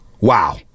Wow